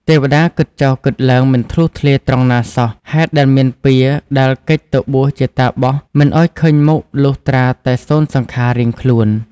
ទេវតាគិតចុះគិតឡើងមិនធ្លុះធ្លាយត្រង់ណាសោះ ហេតុដែលមាន ពៀរដែលគេចទៅបួសជាតាបសមិនឱ្យឃើញមុខលុះត្រាតែសូន្យសង្ខាររៀងខ្លួន។